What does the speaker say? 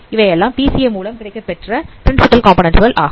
இவையெல்லாம் பிசிஏ மூலம் கிடைக்கப்பெற்ற பிரின்சிபல் காம்போநன்ண்ட் கள் ஆகும்